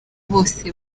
bose